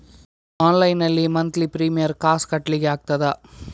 Online ನಲ್ಲಿ monthly premier ಕಾಸ್ ಕಟ್ಲಿಕ್ಕೆ ಆಗ್ತದಾ?